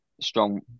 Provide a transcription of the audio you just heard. strong